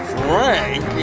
frank